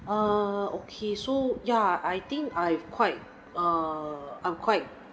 err okay so ya I think I've quite err I'm quite